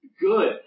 good